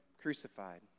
crucified